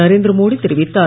நரேந்திரமோடி தெரிவித்தார்